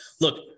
look